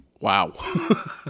Wow